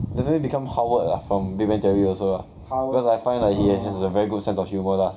definitely become howard lah from big bang theory also lah cause I find like he is a he has a very good sense of humour lah